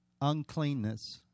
uncleanness